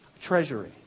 treasury